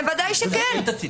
בוודאי שכן.